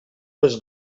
les